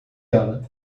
ela